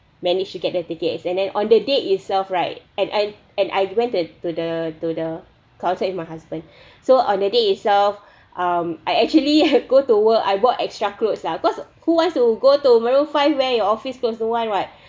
manage to get the tickets and then on the day itself right and I and I went to to the to the concert with my husband so on the day itself um I actually go to work I brought extra clothes lah cause who wants to go to maroon five wear your office clothes no one right